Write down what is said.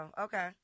okay